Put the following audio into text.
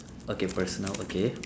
okay personal okay